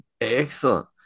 Excellent